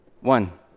One